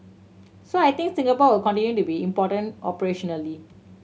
so I think Singapore will continue to be important operationally